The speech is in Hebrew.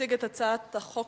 ותציג את הצעת החוק